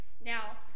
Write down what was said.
now